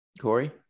Corey